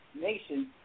nation